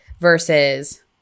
versus